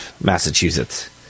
Massachusetts